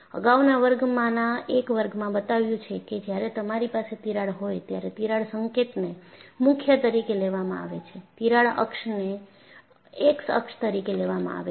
અગાઉના વર્ગમાંના એક વર્ગમાં બતાવ્યું છે કે જ્યારે તમારી પાસે તિરાડ હોય ત્યારે તિરાડ સંકેતને મુખ્ય તરીકે લેવામાં આવે છે તિરાડ અક્ષને x અક્ષ તરીકે લેવામાં આવે છે